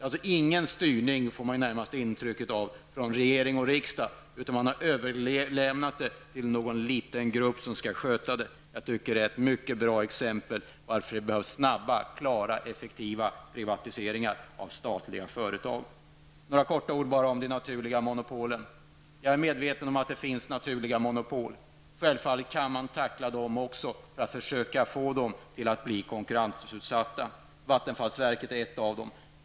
Vi får ju närmast ett intryck av att det inte är någon styrning från regering och riksdag, att man har överlämnat företaget till någon liten grupp som skall sköta det. Jag tycker att det är ett mycket bra exempel på att det behövs snabba, klara, effektiva privatiseringar av statliga företag. Några få ord om de naturliga monopolen. Jag är medveten om att det finns naturliga monopol. Självfallet kan man tackla dem också för att försöka få dem att bli konkurrensutsatta. Vattenfallsverket är ett av dem.